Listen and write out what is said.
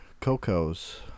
Cocos